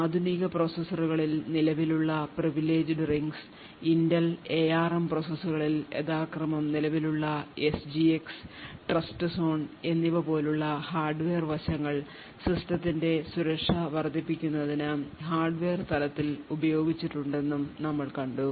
ആധുനിക പ്രോസസ്സറുകളിൽ നിലവിലുള്ള previleged rings ഇന്റൽ എആർഎം പ്രോസസറുകളിൽ യഥാക്രമം നിലവിലുള്ള എസ്ജിഎക്സ് ട്രസ്റ്റ്സോൺ എന്നിവ പോലുള്ള ഹാർഡ്വെയർ വശങ്ങൾ സിസ്റ്റത്തിന്റെ സുരക്ഷ വർദ്ധിപ്പിക്കുന്നതിന് ഹാർഡ്വെയർ തലത്തിൽ ഉപയോഗിച്ചിട്ടുണ്ടെന്നും നമ്മൾ കണ്ടു